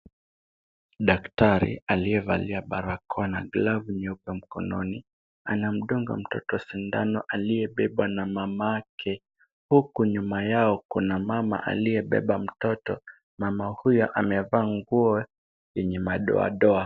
Daktari aliyevalia barakoa na glavu nyeupe mkononi anamdunga mtoto sindano aliyebebwa na mamake huku nyuma yao kuna mama aliyebeba mtoto. Mama huyo amevaa nguo yenye madoadoa.